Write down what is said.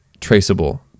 traceable